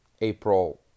April